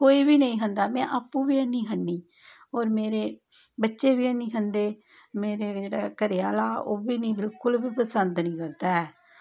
कोई बी नेईं खंदा में आपूं बी हैन्नी खन्नीं होर मेरे बच्चे बी हैन्नी खंदे मेरे जेह्ड़े घरै आह्ला ओह् बी निं बिल्कुल बी पसंद निं करदा है